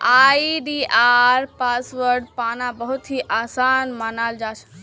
आई.डी.आर password पाना बहुत ही आसान मानाल जाहा